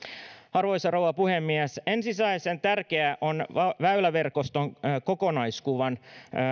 arvoisa rouva puhemies ensisijaisen tärkeää on että väyläverkoston kokonaiskuva